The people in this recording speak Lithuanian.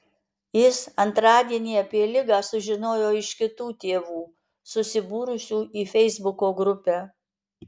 jis antradienį apie ligą sužinojo iš kitų tėvų susibūrusių į feisbuko grupę